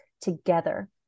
together